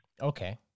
okay